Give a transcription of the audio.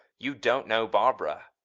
you don't know barbara.